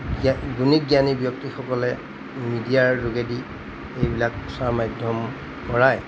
জ্ঞান গুণী জ্ঞানী ব্যক্তিসকলে মিডিয়াৰ যোগেদি এইবিলাক প্ৰচাৰ মাধ্যম কৰাই